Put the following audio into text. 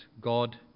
God